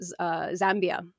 Zambia